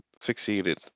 succeeded